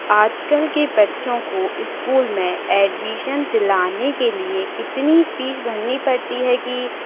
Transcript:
आजकल के बच्चों को स्कूल में एडमिशन दिलाने के लिए इतनी फीस भरनी पड़ती है कि